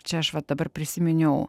čia aš va dabar prisiminiau